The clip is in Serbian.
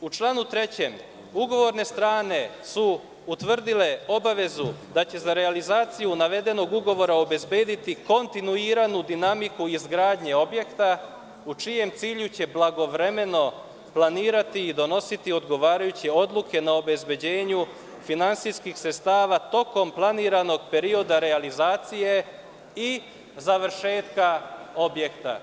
U članu 3. se kaže da su ugovorne strane utvrdile obavezu da će za realizaciju navedenog ugovora obezbediti kontinuiranu dinamiku izgradnje objekta u čijem cilju će blagovremeno planirati i donositi odgovarajuće odluke na obezbeđenju finansijskih sredstava tokom planiranog perioda realizacije i završetka objekta.